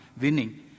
winning